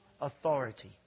authority